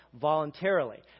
voluntarily